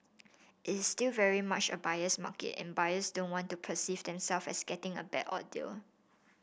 it is still very much a buyer's market and buyers don't want to perceive them self as getting a bad or deal